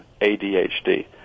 ADHD